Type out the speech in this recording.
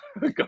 Go